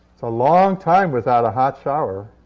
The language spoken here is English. a long time without a hot shower.